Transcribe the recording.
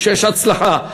כשיש הצלחה.